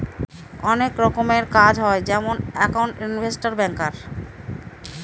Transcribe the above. অনেক রকমের কাজ হয় যেমন একাউন্ট, ইনভেস্টর, ব্যাঙ্কার